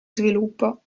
sviluppo